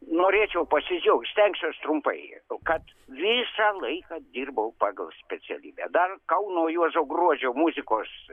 norėčiau pasidžiaugt stengsiuos trumpai kad visą laiką dirbau pagal specialybę dar kauno juozo gruodžio muzikos